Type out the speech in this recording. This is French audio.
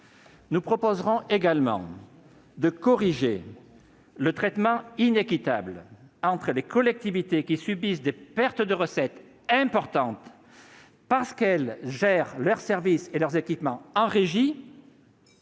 Nous proposerons également de corriger le traitement inéquitable entre les collectivités selon qu'elles subissent des pertes de recettes importantes, parce qu'elles gèrent leurs services et leurs équipements en régie,